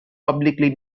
publicly